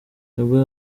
nubwo